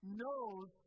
knows